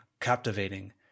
captivating